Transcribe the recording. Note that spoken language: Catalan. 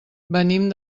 venim